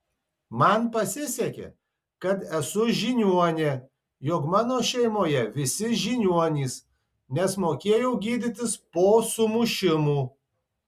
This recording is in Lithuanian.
man pasisekė kad esu žiniuonė jog mano šeimoje visi žiniuonys nes mokėjau gydytis po sumušimų